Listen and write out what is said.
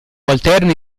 alterne